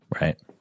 right